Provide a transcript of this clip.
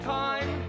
time